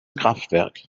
kraftwerk